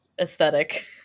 aesthetic